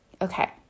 Okay